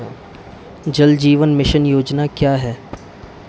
जल जीवन मिशन योजना क्या है?